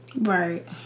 right